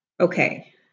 Okay